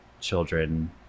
children